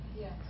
Yes